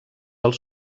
als